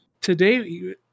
Today